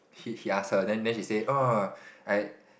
he he ask her then then she say oh I